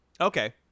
Okay